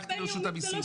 הלכתי לרשות המסים.